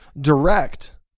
direct